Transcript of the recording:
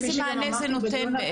איזה מענה זה נותן?